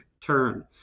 turn